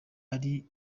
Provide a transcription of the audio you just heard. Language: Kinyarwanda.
ari